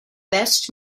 best